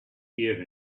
hear